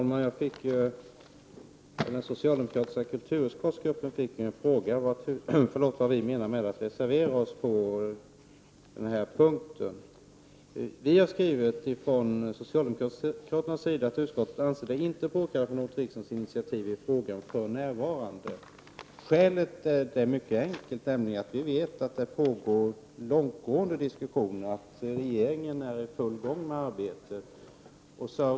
Herr talman! Den socialdemokratiska gruppen i kulturutskottet fick en fråga om vad vi menar med att reservera oss på den här punkten. Ifrån socialdemokraternas sida har vi skrivit att utskottet inte anser att det är påkallat med något riksdagsinitiativ i frågan för närvarande. Skälet är mycket enkelt, nämligen att vi vet att det pågår långtgående diskussioner och att regeringen är i full gång med arbetet.